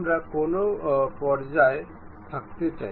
আমরা কোন পর্যায়ে থাকতে চাই